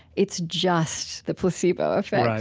it's just the placebo effect?